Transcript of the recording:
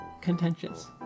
contentious